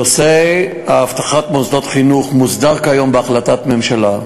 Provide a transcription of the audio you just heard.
נושא אבטחת מוסדות חינוך מוסדר כיום בהחלטת ממשלה,